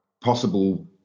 possible